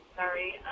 sorry